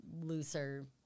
looser